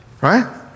Right